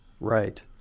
Right